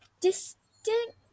Distinct